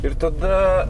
ir tada